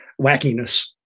wackiness